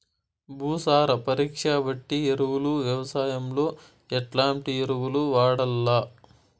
భూసార పరీక్ష బట్టి ఎరువులు వ్యవసాయంలో ఎట్లాంటి ఎరువులు వాడల్ల?